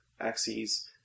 axes